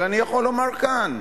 אבל אני יכול לומר כאן: